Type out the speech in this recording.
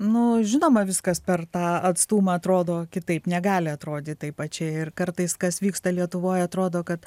nu žinoma viskas per tą atstumą atrodo kitaip negali atrodyt taip pačiai ir kartais kas vyksta lietuvoj atrodo kad